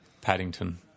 Paddington